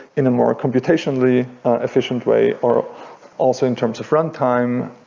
in a more computationally efficient way, or also in terms of runtime,